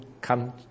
come